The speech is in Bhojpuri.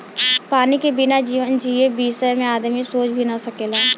पानी के बिना जीवन जिए बिसय में आदमी सोच भी न सकेला